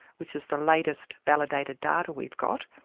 which is the latest validated data we've got,